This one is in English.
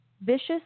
vicious